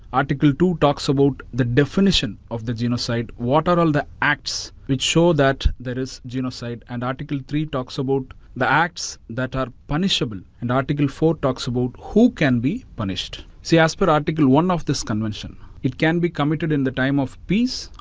article two talks about the definition of the genocide, what are all the acts which show that there is genocide. and, article three talks about the acts that are punishable, and article four talks about who can be punished. see as per article one of this convention, it can be committed in the time of peace,